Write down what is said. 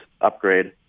upgrade